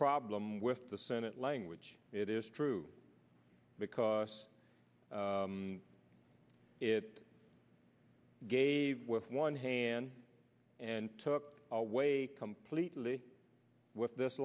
problem with the senate language it is true because it gave with one hand and took away completely with this